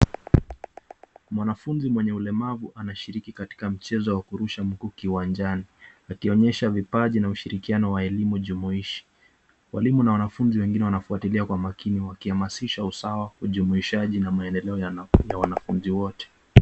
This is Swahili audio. Mwanafunzi mwenye ulemavu anashiriki katika michezo wa kurusha mkuki uwanjani akionyesha vipaji na ushirikiano wa elemu jumuisha, walimu na wanafunzi wengine wanafuatilia kwa makini wakihamashisha usawa ujumuishaji na maendeleo ya wanafunzi wote.